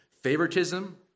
favoritism